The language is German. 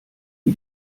dir